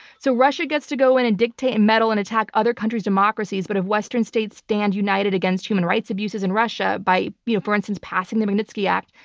so russia gets to go in and dictate and meddle and attack other countries' democracies, but if western states stand united against human rights abuses in russia by, you know for instance, passing the magnitsky act,